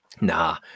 Nah